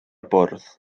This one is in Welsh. bwrdd